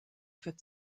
für